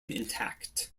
intact